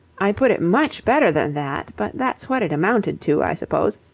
i put it much better than that, but that's what it amounted to, i suppose.